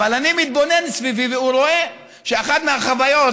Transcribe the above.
אבל אני מתבונן סביבי ורואה שאחת מהחוויות